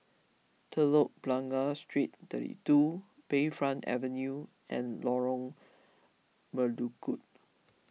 Telok Blangah Street thirty two Bayfront Avenue and Lorong Melukut